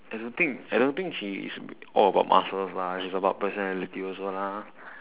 I don't think I don't think she is all about muscles lah she's about personality also lah